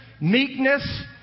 meekness